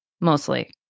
mostly